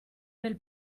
nel